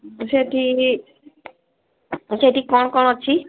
ସେଇଠି ସେଇଠି କ'ଣ କ'ଣ ଅଛି